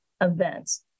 events